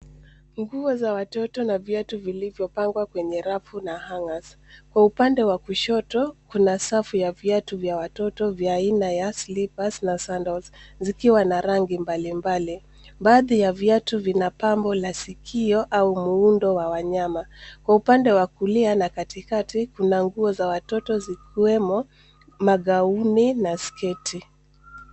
Nguo za watoto na viatu vilivyopangwa kwenye rafu na hangers . Kwa upande wa kushoto, kuna safu ya viatu vya watoto vya aina ya slippers na sandals , zikiwa na rangi mbalimbali. Baadhi ya viatu vina pambo la sikio, au muundo wa wanyama. Kwa upande wa kulia na katikati, kuna nguo za watoto zikiwemo, magauni na sketi.